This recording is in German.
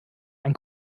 ein